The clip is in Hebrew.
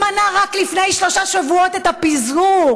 שמנע רק לפני שלושה שבועות את הפיזור,